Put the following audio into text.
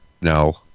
no